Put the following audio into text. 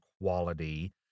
quality